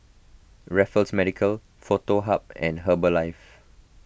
Raffles Medical Foto Hub and Herbalife